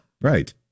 Right